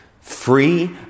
free